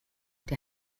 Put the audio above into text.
der